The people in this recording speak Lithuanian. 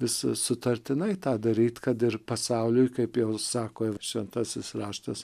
visi sutartinai tą daryt kad ir pasauliui kaip jau sako šventasis raštas